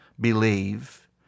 believe